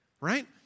right